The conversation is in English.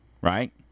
Right